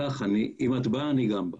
את באה, גם אני בא.